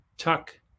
tuck